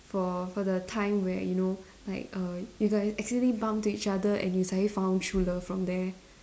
for for the time where you know like err you guys accidentally bump to each other and you suddenly found true love from there